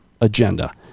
agenda